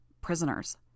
Prisoners